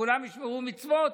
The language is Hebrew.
וכולם ישמרו מצוות,